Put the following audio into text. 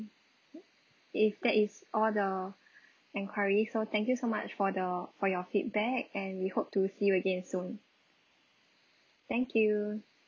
if that is all the enquiry so thank you so much for the for your feedback and we hope to see you again soon thank you